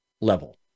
level